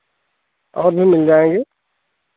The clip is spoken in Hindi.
और भी मिल जाएँगे